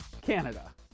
Canada